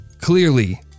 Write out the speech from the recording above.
clearly